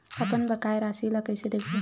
अपन बकाया राशि ला कइसे देखबो?